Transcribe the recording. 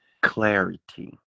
Clarity